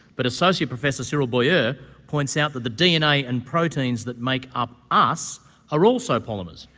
but associate professor cyrille boyer points out that the dna and proteins that make up us are also polymers.